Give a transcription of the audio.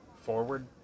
forward